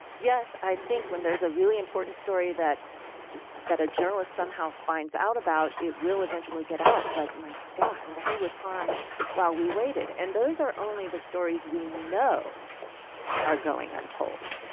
yes, i think when there's a really important story that that a journalist somehow finds out about, it will eventually get out. but, my god, who was harmed while we waited? and those are only the stories we know are going untold.